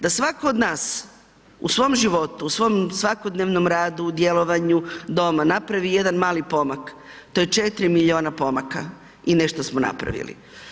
Da svako od nas u svom životu, u svom svakodnevnom radu, djelovanju, doma napravi jedan mali pomak, to je 4 milijuna pomaka i nešto smo napravili.